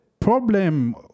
Problem